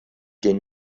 den